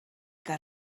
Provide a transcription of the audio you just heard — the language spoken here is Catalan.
que